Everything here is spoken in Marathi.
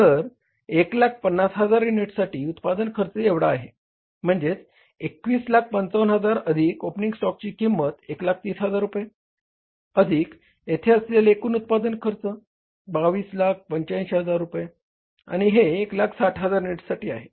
तर 150000 युनिटसाठी उत्पादन खर्च एवढा आहे म्हणजेच 2155000 अधिक ओपनिंग स्टॉकची किंमत 130000 रुपये अधिक येथे असलेले एकूण उत्पादन खर्च 2285000 रुपये आणि हे 160000 युनिटसाठी आहे